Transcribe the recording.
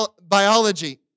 biology